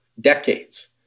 decades